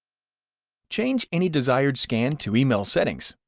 change any desired scan to email settings,